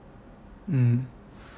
mm